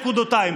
נקודתיים,